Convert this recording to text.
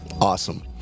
Awesome